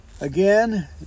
Again